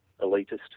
elitist